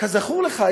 כזכור לך,